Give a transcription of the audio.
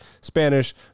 Spanish